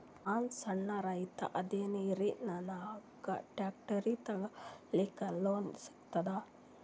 ನಾನ್ ಸಣ್ ರೈತ ಅದೇನೀರಿ ನನಗ ಟ್ಟ್ರ್ಯಾಕ್ಟರಿ ತಗಲಿಕ ಲೋನ್ ಸಿಗತದ?